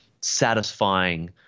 satisfying